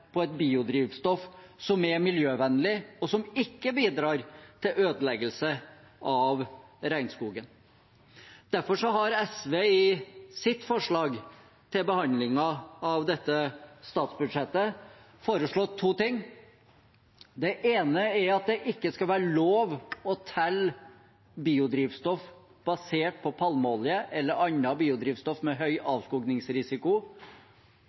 på et biodrivstoff som er miljøvennlig, og som ikke bidrar til ødeleggelse av regnskogen. Derfor har SV ved behandlingen av dette statsbudsjettet foreslått to ting: Det ene er at det ikke skal være lov å telle biodrivstoff basert på palmeolje eller annet biodrivstoff med høy